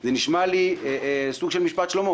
זה נשמע לי סוג של משפט שלמה.